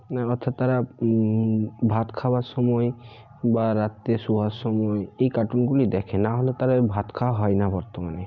অর্থাৎ তারা ভাত খাওয়ার সময় বা রাত্রে শোয়ার সময় এই কার্টুনগুলি দেখে নাহলে তাদের ভাত খাওয়া হয় না বর্তমানে